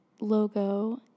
logo